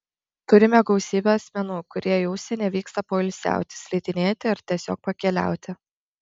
turime gausybę asmenų kurie į užsienį vyksta poilsiauti slidinėti ar tiesiog pakeliauti